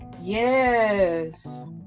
Yes